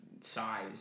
size